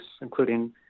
including